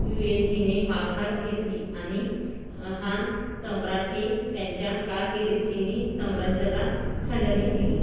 युएझीने माघार घेतली आणि ह् हान सम्राट हे त्यांच्या कारकिर्दीत चिनी साम्राज्याला खंडणी दिली